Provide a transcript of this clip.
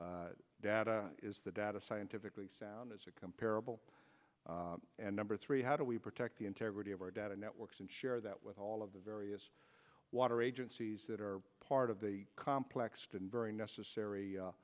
supply data is the data scientifically sound as a comparable and number three how do we protect the integrity of our data networks and share that with all of the various water agencies that are part of the complex and very necessary